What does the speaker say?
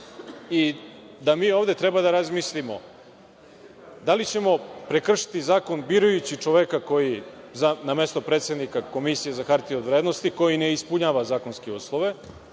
i da mi ovde treba da razmislimo da li ćemo prekršiti zakon birajući čoveka na mesto predsednika Komisije za hartije od vrednosti koji ne ispunjava zakonske uslove,